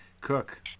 cook